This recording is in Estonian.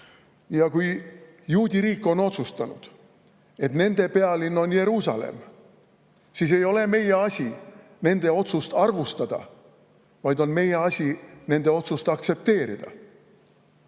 juudiriik on otsustanud, et nende pealinn on Jeruusalemm, siis ei ole meie asi nende otsust arvustada, vaid meie asi on nende otsust aktsepteerida.